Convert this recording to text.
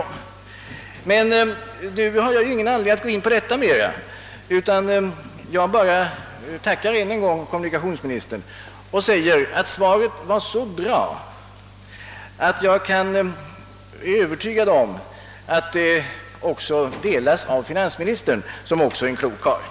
Men nu har jag ingen anledning att mer gå in på detta, utan jag bara tackar kommunikationsministern ännu en gång och säger att svaret var så bra, att jag är övertygad om att den uppfattning det uttrycker även delas av finansministern, som också är en klok karl.